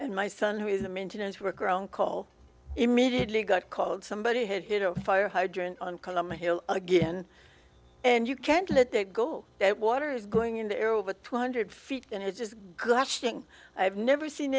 and my son who is a maintenance worker own call immediately got called somebody had hit a fire hydrant on columbia hill again and you can't let it go that water is going in the air over two hundred feet and it's just glad i've never seen